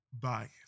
bias